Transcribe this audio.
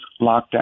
lockdown